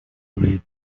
read